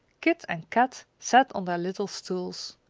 kit and kat sat on their little stools.